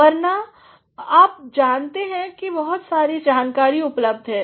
वरना आप जानते हैं बहुत सारी जानकारी उपलब्ध है